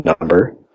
number